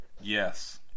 Yes